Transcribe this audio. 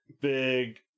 Big